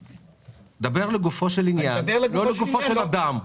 דבר לגופו של עניין ולא לגופו של אדם.